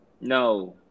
No